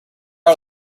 are